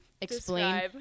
explain